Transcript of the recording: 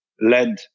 led